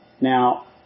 Now